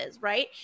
right